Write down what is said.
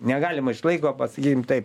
negalima išlaiko pasakykim tai